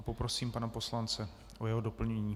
Poprosím pana poslance o jeho doplnění.